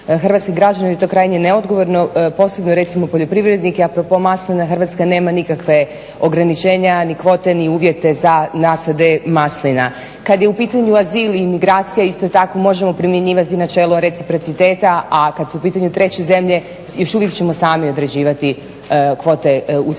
hrvatske građane jer je to krajnje neodgovorno, posebno recimo poljoprivrednike. A propos maslina Hrvatska nema nikakva ograničenja ni kvote ni uvjete za nasade maslina. Kad je u pitanju azil i migracija isto tako možemo primjenjivati načelo reciprociteta, a kad su u pitanju treće zemlje još uvijek ćemo sami određivati kvote useljavanja.